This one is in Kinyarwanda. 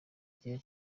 gihe